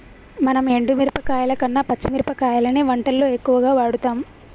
మనం ఎండు మిరపకాయల కన్న పచ్చి మిరపకాయలనే వంటల్లో ఎక్కువుగా వాడుతాం